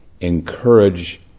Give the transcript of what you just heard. encourage